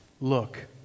Look